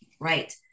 Right